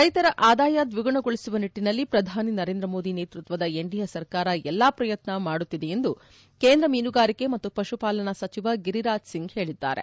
ರೈತರ ಆದಾಯ ದ್ವಿಗುಣಗೊಳಿಸುವ ನಿಟ್ಟನಲ್ಲಿ ಪ್ರಧಾನಿ ನರೇಂದ್ರ ಮೋದಿ ನೇತೃತ್ವದ ಎನ್ಡಿಎ ಸರ್ಕಾರ ಎಲ್ಲಾ ಪ್ರಯತ್ನ ಮಾಡುತ್ತಿದೆ ಎಂದು ಕೇಂದ್ರ ಮೀನುಗಾರಿಕೆ ಮತ್ತು ಪಶುಪಾಲನೆ ಸಚಿವ ಗಿರಿರಾಜ್ ಸಿಂಗ್ ಹೇಳಿದ್ದಾರೆ